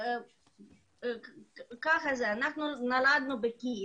אנחנו נולדנו בקייב,